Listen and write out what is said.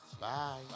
Bye